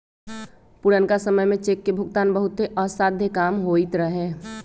पुरनका समय में चेक के भुगतान बहुते असाध्य काम होइत रहै